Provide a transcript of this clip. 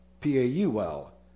P-A-U-L